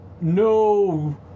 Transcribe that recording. no